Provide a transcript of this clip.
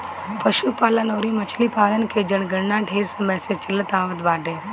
पशुपालन अउरी मछरी पालन के जनगणना ढेर समय से चलत आवत बाटे